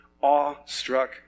awe-struck